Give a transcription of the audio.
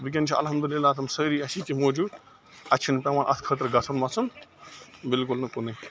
وُنٛکیٚن چھُ الحمد للہ تِم سأری اسہِ ییٚتی موٗجوٗد اسہِ چھُنہٕ پیٚوان اَتھ خٲطرٕ گژھُن وَژھُن بالکل نہٕ کُنُے